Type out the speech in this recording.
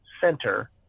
center